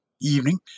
evening